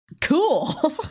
cool